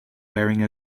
wearing